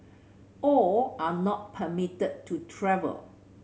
all are not permitted to travel